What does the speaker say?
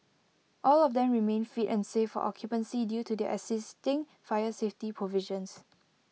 all of them remain fit and safe for occupancy due to their existing fire safety provisions